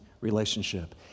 relationship